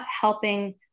helping